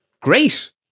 Great